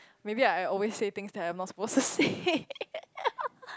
maybe I always say things that I'm not supposed to say